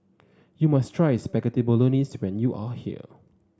you must try Spaghetti Bolognese when you are here